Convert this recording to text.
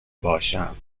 باشم